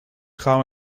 grauw